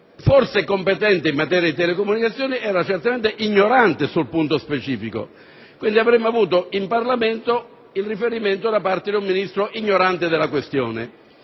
forse competente in materia di telecomunicazioni, era certamente ignorante sul punto specifico. Quindi, avremmo avuto in Parlamento un ministro ignorante della questione.